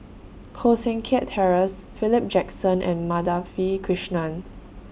Koh Seng Kiat Terence Philip Jackson and Madhavi Krishnan